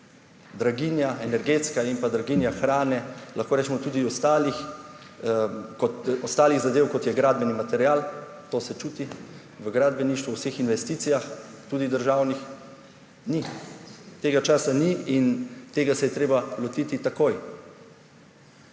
Draginja, energetska in pa draginja hrane, lahko rečemo tudi ostalih zadev, kot je gradbeni material, to se čuti v gradbeništvu v vseh investicijah, tudi državnih, ni, tega časa ni in tega se je treba lotiti takoj.